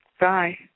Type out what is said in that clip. Bye